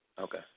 Okay